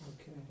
Okay